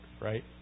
right